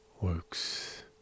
works